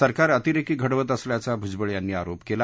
सरकार अतिरेकी घडवत असल्याचा भुजबळ यांनी आरोप केला